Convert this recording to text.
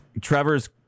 Trevor's